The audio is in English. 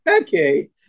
okay